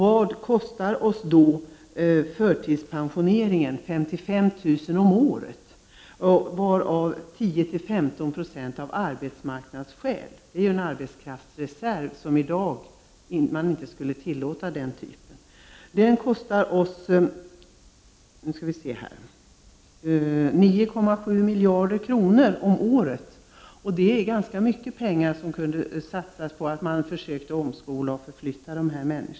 Vad kostar oss förtidspensioneringen av 55 000 personer om året, varav 10-15 96 av arbetsmarknadsskäl? Vi har här en arbetskraftsreserv, och man skulle i dag inte tillåta sådana förtidspensioneringar. Kostnaden är 9,7 miljarder kronor om året. Det är ganska mycket pengar, som i stället kunde satsas på försök att omskola och omflytta dem som det gäller.